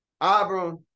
abram